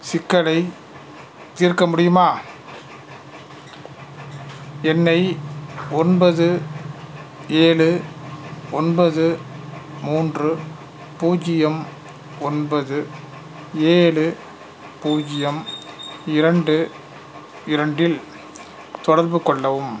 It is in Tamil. சிக்கலைத் தீர்க்க முடியுமா என்னை ஒன்பது ஏழு ஒன்பது மூன்று பூஜ்ஜியம் ஒன்பது ஏழு பூஜ்ஜியம் இரண்டு இரண்டில் தொடர்புக்கொள்ளவும்